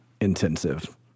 intensive